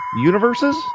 universes